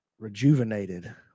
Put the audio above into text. Rejuvenated